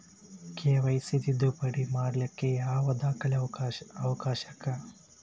KYC ತಿದ್ದುಪಡಿ ಮಾಡ್ಲಿಕ್ಕೆ ಯಾವ ದಾಖಲೆ ಅವಶ್ಯಕ?